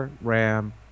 RAM